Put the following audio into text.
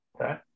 Okay